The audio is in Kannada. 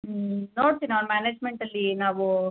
ಹ್ಞೂ ನೋಡ್ತೀನಿ ಮ್ಯಾನೇಜ್ಮೆಂಟಲ್ಲಿ ನಾವು